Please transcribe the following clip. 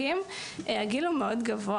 והוא כשיר.